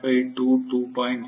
5 2 2